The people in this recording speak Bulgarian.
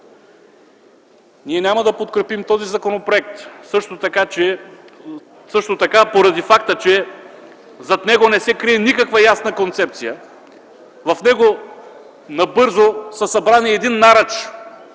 Ние няма да подкрепим този законопроект също така поради факта, че зад него не се крие никаква ясна концепция. В него набързо са събрани един наръч